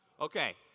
Okay